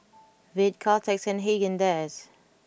Veet Caltex and Haagen Dazs